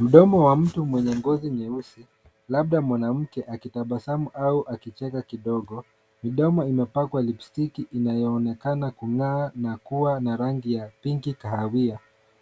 Mdomo wa mtu mwenye ngozi nyeusi labda mwanamke akitabasamu au akicheka kidogo. Midomo imepakwa lipstiki inayoonekana kung'aa na kuwa na rangi ya pinki kahawia